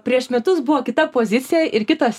prieš metus buvo kita pozicija ir kitos